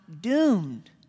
doomed